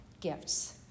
gifts